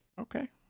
Okay